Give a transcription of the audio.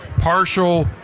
partial